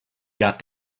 got